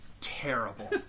terrible